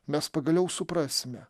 mes pagaliau suprasime